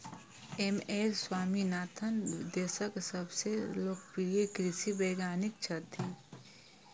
M S Swaminathan देशक सबसं लोकप्रिय कृषि वैज्ञानिक छथि